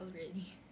already